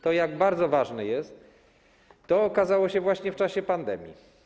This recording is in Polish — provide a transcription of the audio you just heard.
To, jak bardzo ważny jest, okazało się właśnie w czasie pandemii.